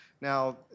Now